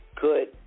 good